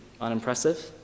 unimpressive